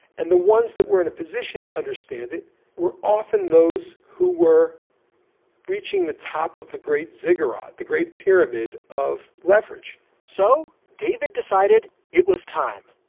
and the ones that were in a position to understand it were often those who were reaching the top of the great ziggurat, the great pyramid of leverage so david decided it was time